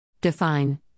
Define